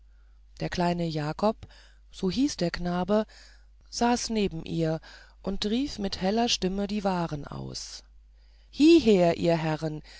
der kleine jakob so hieß der knabe saß neben ihr und rief mit heller stimme die waren aus hieher ihr herren